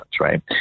right